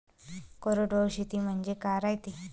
कोरडवाहू शेती म्हनजे का रायते?